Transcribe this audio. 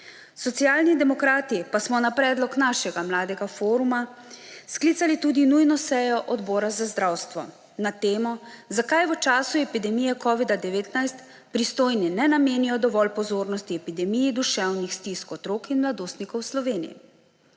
Socialni demokrati pa smo na predlog našega Mladega foruma sklicali tudi nujno sejo Odbora za zdravstvo na temo, zakaj v času epidemije covida-19 pristojni ne namenijo dovolj pozornosti epidemiji duševnih stisk otrok in mladostnikov v Sloveniji.